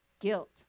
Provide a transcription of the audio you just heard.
guilt